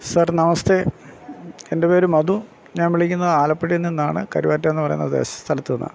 sir നമസ്തേ എൻ്റെ പേര് മധു ഞാ വിളിക്കുന്നത് ആലപ്പുഴയിൽ നിന്നാണ് കരുവാറ്റാന്ന് പറയുന്ന ദേശ് സ്ഥലത്തു നിന്ന്